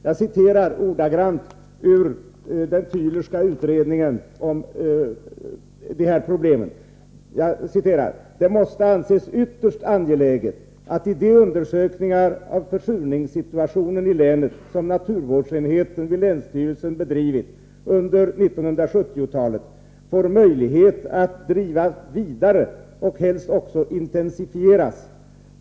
Jag citerar ordagrant ur den Tylerska utredningen om de här problemen: ”Det måste anses ytterst angeläget, att de undersökningar av försurningssituationen i länet som naturvårdsenheten i länsstyrelsen bedrivit under 1970-talet får möjlighet att drivas vidare och helst också intensifieras.